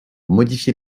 modifier